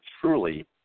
truly